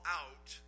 out